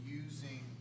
using